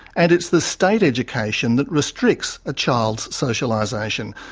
and it's the state education that restricts a child's socialisation,